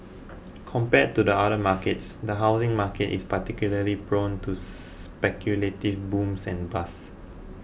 compared to the other markets the housing market is particularly prone to speculative booms and bust